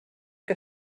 que